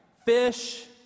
Fish